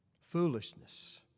foolishness